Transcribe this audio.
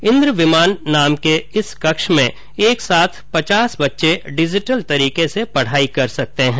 इन्द्र विमान नाम के इस कक्ष में एक साथ पचास बच्चे डिजिटल तरीके से पढाई कर सकते हैं